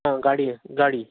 आं गाडयेन गाडी हय